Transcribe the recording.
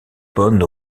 bonnes